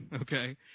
Okay